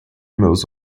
meus